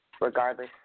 regardless